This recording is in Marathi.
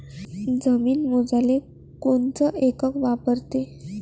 जमीन मोजाले कोनचं एकक वापरते?